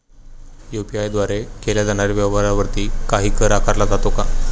UPI द्वारे केल्या जाणाऱ्या व्यवहारावरती काही कर आकारला जातो का?